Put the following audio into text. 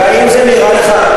והאם זה נראה לך,